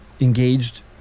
engaged